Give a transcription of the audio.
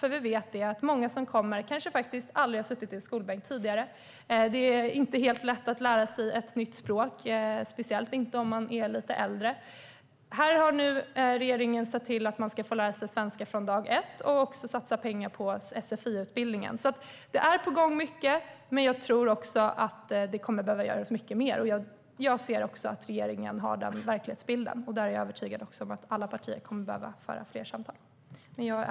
Vi vet att många som kommer hit kanske faktiskt aldrig har suttit i en skolbänk tidigare. Det är inte helt lätt att lära sig ett nytt språk, speciellt inte om man är lite äldre. Här har nu regeringen sett till att man ska få lära sig svenska från dag ett, och pengar satsas också på sfi-utbildningen. Det är alltså mycket på gång, men jag tror att det kommer att behöva göras mycket mer. Jag ser också att regeringen har den verklighetsbilden, och jag är övertygad om att alla partier kommer att behöva föra fler samtal om detta.